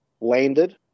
landed